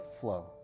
flow